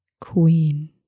queen